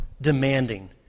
demanding